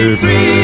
free